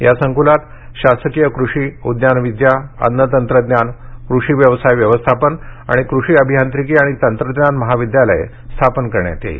या संकुलात शासकीय कृषी उद्यानविद्या अन्नतंत्रज्ञान कृषी व्यवसाय व्यवस्थापन आणि कृषी अभियांत्रिकी आणि तंत्रज्ञान महाविद्यालय स्थापन करण्यात येईल